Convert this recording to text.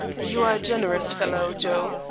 you are a generous fellow, joe,